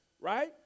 right